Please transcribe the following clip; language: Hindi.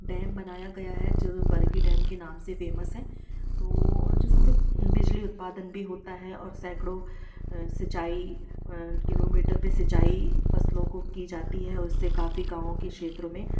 डैम बनाया गया है जो बरगी डैम के नाम से फ़ेमस है तो जिससे बिजली उत्पादन भी होता है और सैकड़ो सिंचाई किलोमीटर पर सिंचाई फसलों को की जाती है उससे काफ़ी गाँव के क्षेत्र में